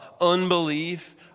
unbelief